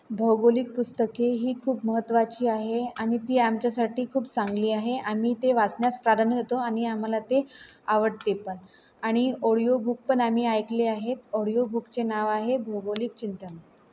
भौगोलिक पुस्तके ही खूप महत्त्वाची आहे आणि ती आमच्यासाठी खूप चांगली आहे आम्ही ते वाचण्यास प्राधान्य देतो आणि आम्हाला ते आवडते पण आणि ओडिओबुक पण आम्ही ऐकले आहेत ऑडिओबुकचे नाव आहे भौगोलिक चिंतन